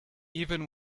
even